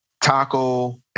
Taco